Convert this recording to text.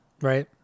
right